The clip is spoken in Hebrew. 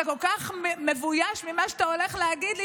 אתה כל כך מבויש ממה שאתה הולך להגיד לי,